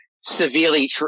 severely